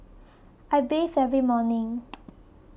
I bathe every morning